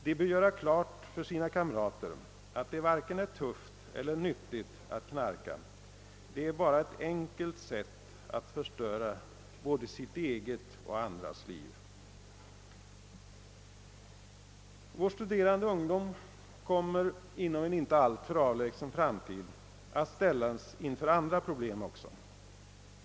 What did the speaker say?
De bör göra klart för sina kamrater att det varken är tufft eller nyttigt att knarka, det är bara ett enkelt sätt att förstöra både sitt eget och andras liv. Vår studerande ungdom kommer inom en inte alltför avlägsen framtid att ställas inför andra problem också.